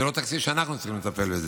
זה לא תקציב שאנחנו צריכים לטפל בו.